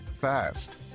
fast